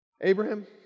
Abraham